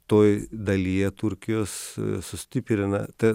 toj dalyje turkijos sustiprina ta